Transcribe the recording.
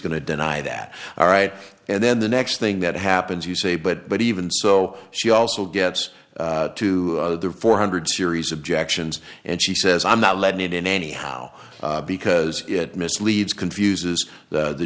going to deny that all right and then the next thing that happens you say but but even so she also gets to the four hundred series objections and she says i'm not let it in anyhow because it misleads confuses the